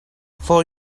for